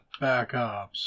Backups